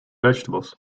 vegetables